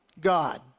God